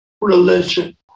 religion